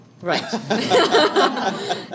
Right